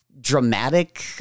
dramatic